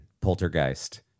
poltergeist